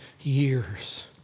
years